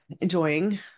enjoying